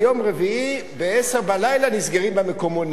ביום רביעי ב-22:00 נסגרים המקומונים,